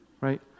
right